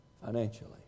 financially